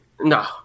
No